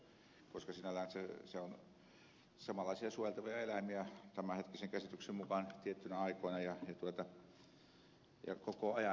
karhuthan kuuluvat tähän koska sinällään ne ovat samanlaisia suojeltavia eläimiä tämänhetkisen käsityksen mukaan tiettyinä aikoina ja koko ajan